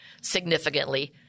significantly